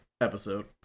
episode